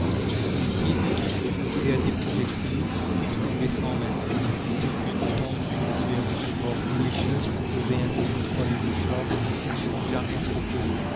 le policier qui eût offert des projectiles eût trouvé cent mains plutôt qu'une tendues pour les recevoir mais les choses proposées ainsi par les mouchards ne sont jamais à propos